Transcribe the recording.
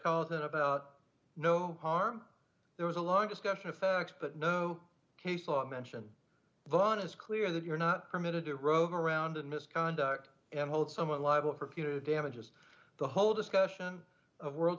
called in about no harm there was a large discussion of facts but no case law mention vaughn is clear that you're not permitted to roam around in misconduct and hold someone liable for future damages the whole discussion of world